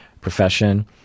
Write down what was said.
profession